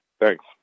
Thanks